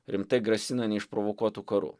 rimtai grasina neišprovokuotu karu